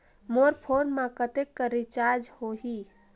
मोर phone मा कतेक कर रिचार्ज हो ही?